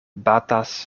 batas